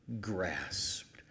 Grasped